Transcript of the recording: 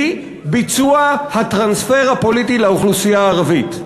היא ביצוע הטרנספר הפוליטי לאוכלוסייה הערבית.